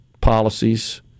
policies